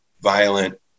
violent